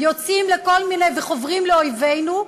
יוצאים וחוברים לאויבינו,